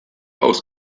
aus